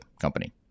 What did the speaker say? company